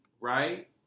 right